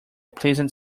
pleasant